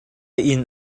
inn